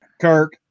Kirk